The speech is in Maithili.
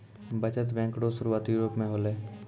बचत बैंक रो सुरुआत यूरोप मे होलै